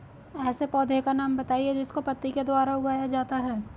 ऐसे पौधे का नाम बताइए जिसको पत्ती के द्वारा उगाया जाता है